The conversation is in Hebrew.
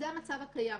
זה המצב הקיים,